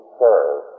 serve